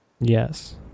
Yes